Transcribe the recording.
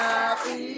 Happy